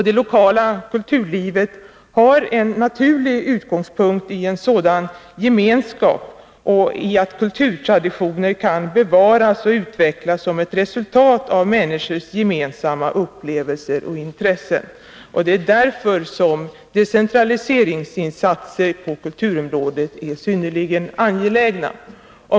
Det lokala kulturlivet har en naturlig utgångspunkt i en vardaglivets gemenskap och i att kulturtraditioner kan bevaras och utvecklas som ett resultat av människors gemensamma upplevelser och intressen. Det är därför som decentraliseringsinsatser på kulturområdet är synnerligen angelägna.